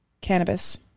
Cannabis